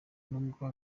nubwo